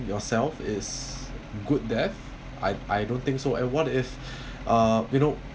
yourself is good there I I don't think so and what if uh you know